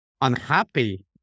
unhappy